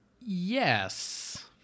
yes